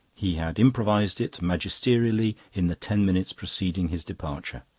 he had improvised it magisterially in the ten minutes preceding his departure.